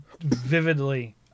vividly